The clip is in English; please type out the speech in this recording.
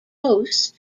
post